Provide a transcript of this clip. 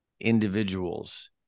Individuals